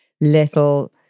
little